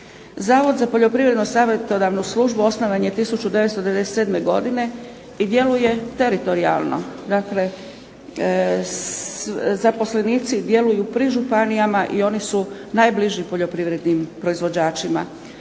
Zavod za poljoprivrednu savjetodavnu službu osnovan je 1997. godine, i djeluje teritorijalno, dakle zaposlenici djeluju pri županijama i oni su najbliži poljoprivrednim proizvođačima.